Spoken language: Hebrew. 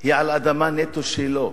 היא על אדמה נטו שלו.